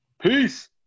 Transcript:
Peace